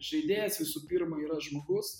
žaidėjas visų pirma yra žmogus